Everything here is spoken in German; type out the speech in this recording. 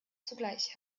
zugleich